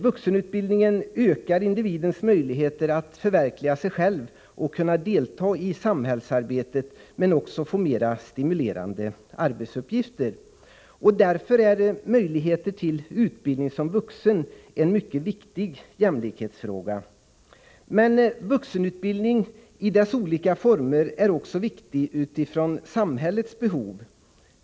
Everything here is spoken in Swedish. Vuxenutbildningen ökar individens möjligheter att förverkliga sig själv, att delta i samhällsarbetet och att få mera stimulerande arbetsuppgifter. Därför utgör möjligheterna till utbildning som vuxen en mycket viktig jämlikhetsfråga. Men vuxenutbildningen i dess olika former är också viktig utifrån samhällets behov.